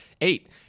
Eight